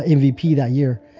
ah mvp that year.